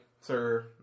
sir